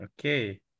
Okay